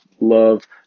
love